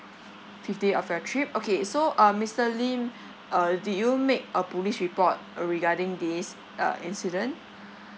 fifth day of your trip okay so uh mister lim uh did you make a police report uh regarding this uh incident